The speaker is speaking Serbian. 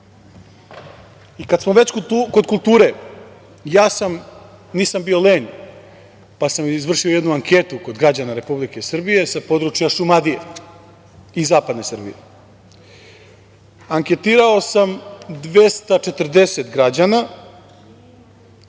smo već kod kulture, ja nisam bio lenj pa sam izvršio jednu anketu kod građana Republike Srbije sa područja Šumadije i zapadne Srbije. Anketirao sam 240 građana